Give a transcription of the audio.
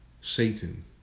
Satan